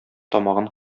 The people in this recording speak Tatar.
тамагын